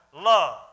love